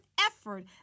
effort